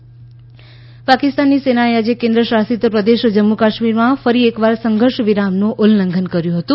સંઘર્ષ વિરામ ઉલ્લંઘન પાકિસ્તાનની સેનાએ આજે કેન્દ્ર શાસિત પ્રદેશ જમ્મુ કાશ્મીરમાં ફરી એકવાર સંઘર્ષ વિરામનું ઉલ્લંઘન કર્યું હતું